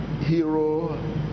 hero